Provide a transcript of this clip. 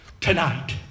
tonight